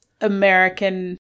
American